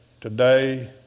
today